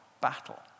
battle